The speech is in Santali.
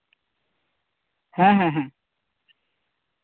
ᱦᱮᱸ ᱦᱮᱸ ᱦᱮᱸ